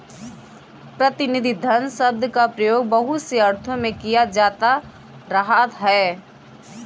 प्रतिनिधि धन शब्द का प्रयोग बहुत से अर्थों में किया जाता रहा है